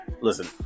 listen